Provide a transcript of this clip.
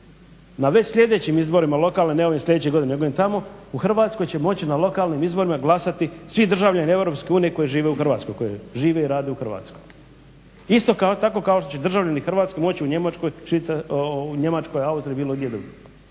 Na već sljedećim izborima lokalnim, ne ovim sljedeće godine, nego onim tamo u Hrvatskoj će moći na lokalnim izborima glasati svi državljani Europske unije koji žive u Hrvatskoj, koji žive i rade u Hrvatskoj. Isto tako kao što će državljani Hrvatske moći u Njemačkoj, Austriji, bilo gdje drugdje